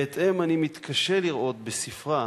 בהתאם, אני מתקשה לראות בספרה